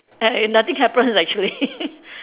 I nothing happens actually